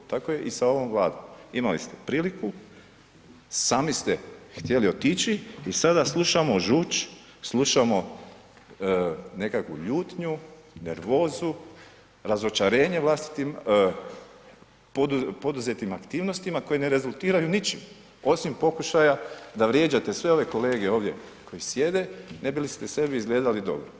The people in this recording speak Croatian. Tako je i sa ovom Vladom, imali ste priliku, sami ste htjeli otići i sada slušamo žuć, slušamo nekakvu ljutnju, nervozu, razočarenje vlastitim poduzetim aktivnostima koje ne rezultiraju ničim osim pokušaja da vrijeđate sve ove kolege ovdje koji sjede ne biste li sebi izgledali dobro.